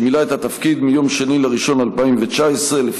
שמילא את התפקיד מיום 2 בינואר 2019,